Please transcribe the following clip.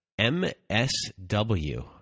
MSW